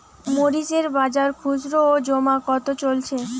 মরিচ এর বাজার খুচরো ও জমা কত চলছে?